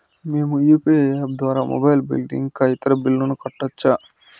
మేము UPI app ద్వారా mobile bill ఇంకా ఇతర బిల్లులను కట్టొచ్చు